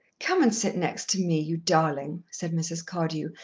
come and sit next to me, you darling, said mrs. cardew,